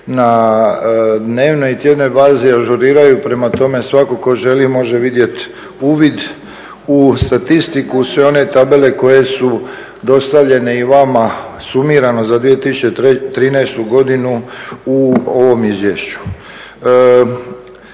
na dnevnoj i tjednoj bazi ažuriraju. Prema tome, svatko tko želi može vidjeti uvid u statistiku. Sve one tabele koje su dostavljene i vama sumirano za 2013. godinu u ovom izvješću.